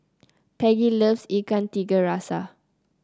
Peggy loves Ikan Tiga Rasa